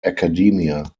academia